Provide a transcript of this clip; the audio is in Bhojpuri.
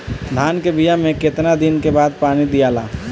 धान के बिया मे कितना दिन के बाद पानी दियाला?